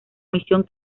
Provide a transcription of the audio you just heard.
misión